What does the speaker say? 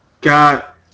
got